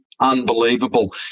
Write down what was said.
unbelievable